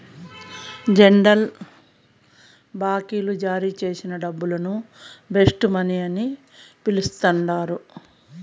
central బాంకీలు జారీచేసే డబ్బును బేస్ మనీ అని పిలస్తండారు